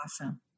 awesome